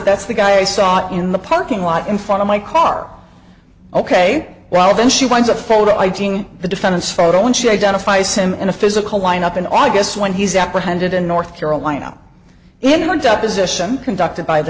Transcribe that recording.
that's the guy i saw in the parking lot in front of my car ok well then she wants a photo id ing the defendant's photo when she identifies him in a physical lineup in august when he's apprehended in north carolina in a deposition conducted by the